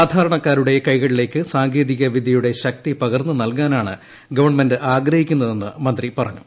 സാധാരണക്കാരുടെ കൈകളിലേക്ക് സാങ്കേതിക വിദ്യയുടെ ശക്തി പകർന്നു നല്കാനാണ് ഗവണ്മെന്റ് ആഗ്രഹിക്കുന്നുതെന്ന് മന്ത്രി പറഞ്ഞു